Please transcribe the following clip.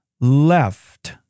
left